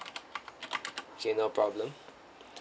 K no problem